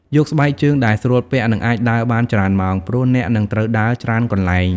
យកស្បែកជើងដែលស្រួលពាក់ និងអាចដើរបានច្រើនម៉ោង ព្រោះអ្នកនឹងត្រូវដើរច្រើនកន្លែង។